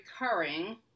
recurring